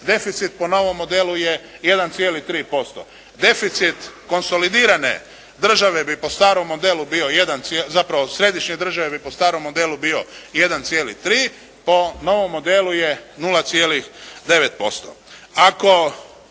Deficit po novom modelu je 1,3%. Deficit konsolidirane države bi po starom modelu bio 1, zapravo središnje